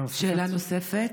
שאלה נוספת?